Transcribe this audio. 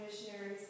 missionaries